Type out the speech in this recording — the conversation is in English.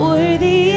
Worthy